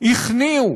הכניעו